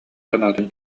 санаатын